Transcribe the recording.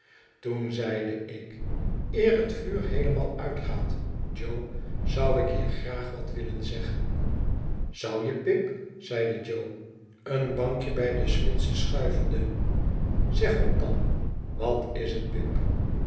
toen zeide ik eer het vuur heelemaal uitgaat jo zou ik je graag wat willen zeggen zou je pip zeide jo een bankje bij de smidse schuivende zeg op dan wat is het pip